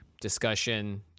discussion